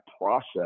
process